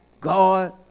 God